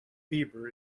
bieber